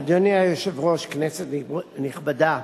אדוני היושב-ראש, כנסת נכבדה,